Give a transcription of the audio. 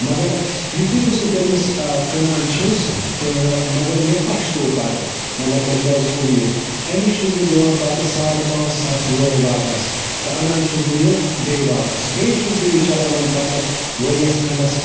مگر یُتھُے بہٕ سُہ تٔمِس کٕنان چھُس تہٕ مگر مےٚ پَشتو پَتہٕ مطلب مےٚ کیازِ کُن یہِ أمِس چھُس بہٕ دِوان پَتہٕ ساڑ پانٛژھ ساس یورَے واپَس تہٕ اَنان چھُس بہٕ یہِ بیٚیہِ واپَس بیٚیہِ چھُس بہٕ یہِ چَلاوان پَتہٕ ؤرِیَس کھَنٛڈَس